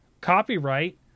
copyright